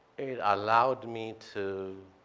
it allowed me to.